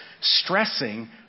stressing